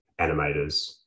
animators